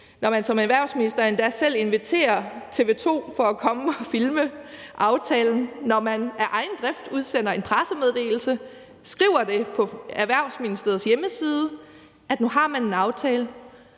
når man som erhvervsminister endda selv inviterer TV 2 til at komme og filme aftalen, og når man af egen drift udsender en pressemeddelelse og skriver på Erhvervsministeriets hjemmeside, at nu har man en aftale,